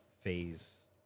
Phase